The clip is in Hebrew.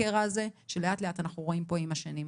לקרע הזה שלאט לאט אנחנו רואים פה עם השנים.